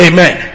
Amen